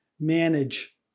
manage